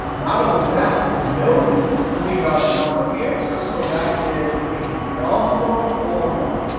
not only that, but notice ah we got a number answer so that is a number formula.